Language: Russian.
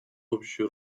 общий